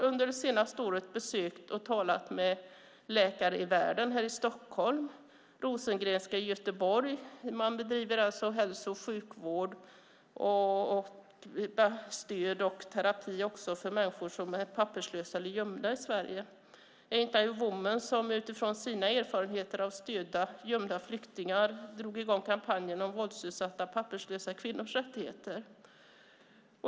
Under det senaste året har jag besökt och talat med Läkare i världen här i Stockholm och Rosengrenska i Göteborg. De bedriver alltså hälso och sjukvård och ger stöd och terapi till papperslösa eller gömda människor i Sverige. Ain't I a Woman drog utifrån sina erfarenheter av stöd till gömda flyktingar i gång kampanjen om våldsutsatta, papperslösa kvinnors rättigheter.